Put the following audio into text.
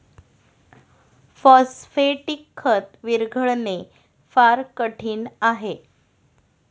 phosphatic खत विरघळणे फार कठीण आहे